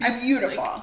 beautiful